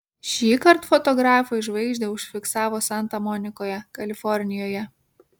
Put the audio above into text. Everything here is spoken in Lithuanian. šįkart fotografai žvaigždę užfiksavo santa monikoje kalifornijoje